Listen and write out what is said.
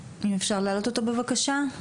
אפשר להעלות אותו בבקשה.